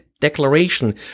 declaration